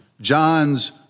John's